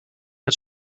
het